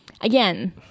Again